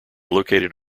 located